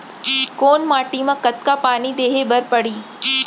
कोन माटी म कतका पानी देहे बर परहि?